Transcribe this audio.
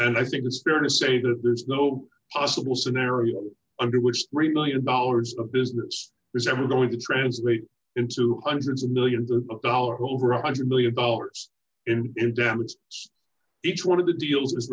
and i think it's fair to say that there's no possible scenario under which three million dollars of business is ever going to translate into hundreds of millions of dollars over one hundred million dollars in damage each one of the deal